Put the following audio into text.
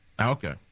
Okay